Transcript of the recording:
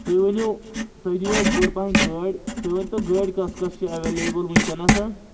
تُہۍ ؤنِو تُہۍ دِیو اَسہِ بٔڑۍ پَہَن گٲڑۍ تُہۍ ؤنۍ تو گٲڑۍ کوٚس کوٚس چھِ اٮ۪ویلیبٕل وٕنکٮ۪نَ